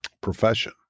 profession